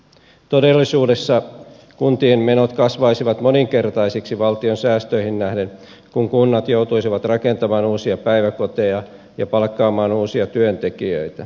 todellisuudessa kuntien menot kasvaisivat moninkertaisiksi valtion säästöihin nähden kun kunnat joutuisivat rakentamaan uusia päiväkoteja ja palkkaamaan uusia työntekijöitä